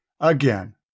again